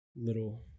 little